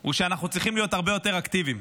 הוא שאנחנו צריכים להיות הרבה יותר אקטיביים,